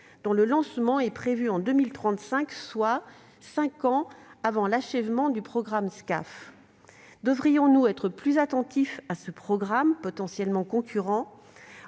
dont le lancement est prévu en 2035, soit cinq ans avant l'achèvement du programme SCAF. Devrions-nous être plus attentifs à ce programme, potentiellement concurrent ?